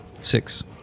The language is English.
Six